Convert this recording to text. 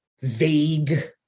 vague